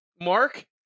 Mark